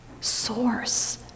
source